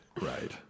Right